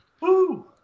Woo